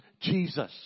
Jesus